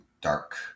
dark